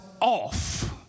off